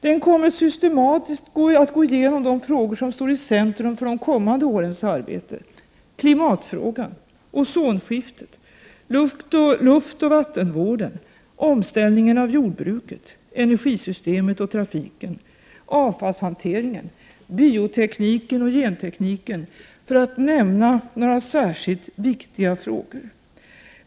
Den kommer systematiskt att gå igenom de frågor som står i centrum för de kommande årens arbete — klimatfrågan, ozonskiktet, luftoch vattenvården, omställningen av jordbruket, energisystemet och trafiken, avfallshanteringen, biotekniken och gentekniken — för att nämna några särskilt viktiga frågor.